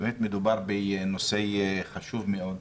באמת מדובר בנושא חשוב מאוד,